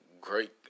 great